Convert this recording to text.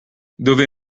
dove